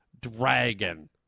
dragon